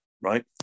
right